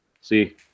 See